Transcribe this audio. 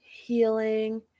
healing